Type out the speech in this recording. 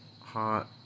hot